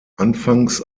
anfangs